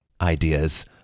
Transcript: ideas